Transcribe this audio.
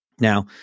Now